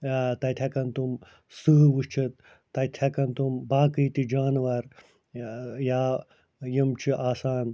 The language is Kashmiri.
تَتہِ ہٮ۪کن تِم سٕہہ وُچھِتھ تَتہِ ہٮ۪کن تِم باقٕے تہِ جانور یا یِم چھِ آسان